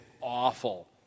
awful